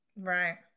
Right